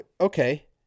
Okay